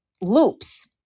loops